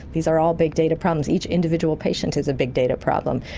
these are all big data problems, each individual patient is a big data problem.